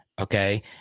Okay